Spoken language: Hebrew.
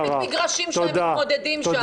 יש מספיק מגרשים שמתמודדים שם.